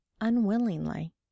unwillingly